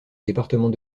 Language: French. département